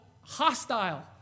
hostile